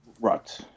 Right